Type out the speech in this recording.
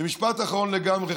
ומשפט אחרון לגמרי,